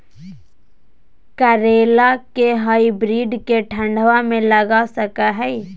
करेला के हाइब्रिड के ठंडवा मे लगा सकय हैय?